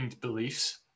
beliefs